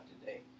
today